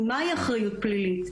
מה היא אחריות פלילית,